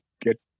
get